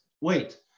Wait